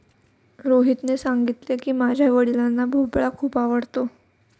रोहितने सांगितले की, माझ्या वडिलांना भोपळा खूप आवडतो